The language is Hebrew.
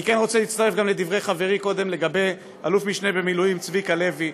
אני כן רוצה להצטרף לדברי חברי קודם לגבי אלוף-משנה במילואים צביקה לוי,